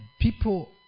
people